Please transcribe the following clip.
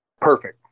perfect